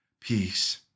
peace